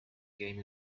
game